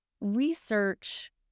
research